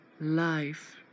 life